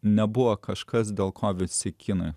nebuvo kažkas dėl ko visi kinai